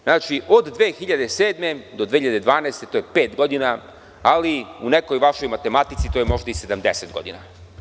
Znači, od 2007. godine do 2012. godine je pet godina, ali u nekoj vašoj matematici to je možda i 70 godina.